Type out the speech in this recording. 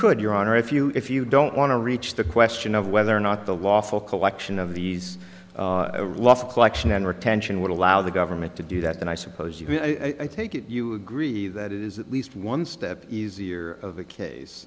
could your honor if you if you don't want to reach the question of whether or not the lawful collection of these last collection and retention would allow the government to do that and i suppose you can i take it you agree that it is at least one step easier of the case